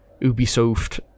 Ubisoft